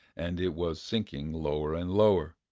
and it was sinking lower and lower.